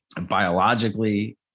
Biologically